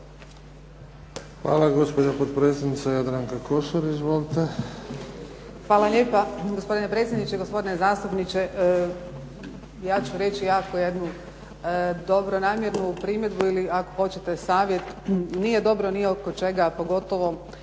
Hvala. Gospođa potpredsjednica Jadranka Kosor. Izvolite.